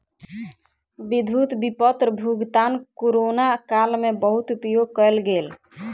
विद्युत विपत्र भुगतान कोरोना काल में बहुत उपयोग कयल गेल